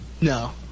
No